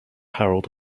harold